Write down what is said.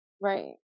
right